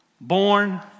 born